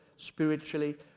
spiritually